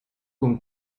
con